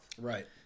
right